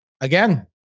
again